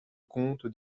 comte